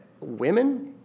women